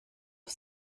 auf